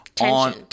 on